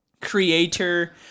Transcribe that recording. creator